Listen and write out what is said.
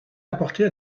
apporter